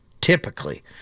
typically